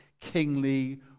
kingly